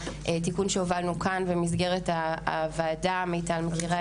תיקון שהובלנו כאן במסגרת הוועדה ושענת מימון מכירה